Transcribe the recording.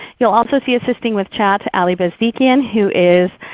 you'll also see assisting with chat ale bezdikian who is